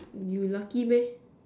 you lucky meh